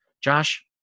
Josh